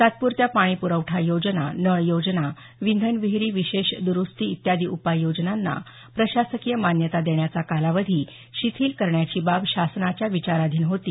तात्पुरत्या पाणी पुरवठा योजना नळ योजना विंधन विहिरी विशेष दुरुस्ती इत्यादी उपाययोजनांना प्रशासकीय मान्यता देण्याचा कालावधी शिथील करण्याची बाब शासनाच्या विचारधीन होती